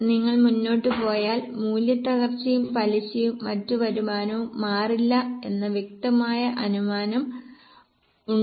നിങ്ങൾ മുൻപോട്ട് പോയാൽ മൂല്യത്തകർച്ചയും പലിശയും മറ്റ് വരുമാനവും മാറില്ല എന്ന വ്യക്തമായ അനുമാനം ഉണ്ടായിരുന്നു